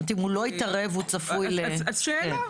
שאלה.